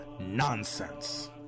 nonsense